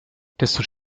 desto